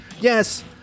Yes